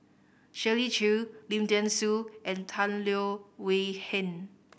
Shirley Chew Lim Thean Soo and Tan Leo Wee Hin